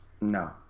no